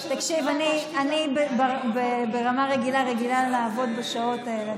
תקשיב, ברמה רגילה אני רגילה לעבוד בשעות האלה.